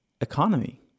economy